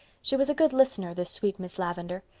she was a good listener, this sweet miss lavendar,